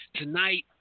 tonight